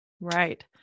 Right